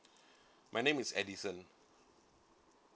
my name is edison